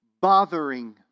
Bothering